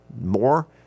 more